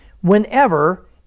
whenever